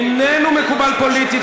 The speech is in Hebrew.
איננו מקובל פוליטית,